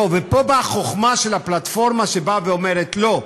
ופה באה החוכמה של הפלטפורמה, שבאה ואומרת: לא,